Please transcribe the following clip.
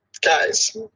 guys